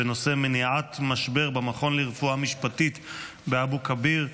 בנושא: מניעת משבר במכון לרפואה משפטית באבו כביר.